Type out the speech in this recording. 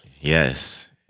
Yes